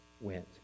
went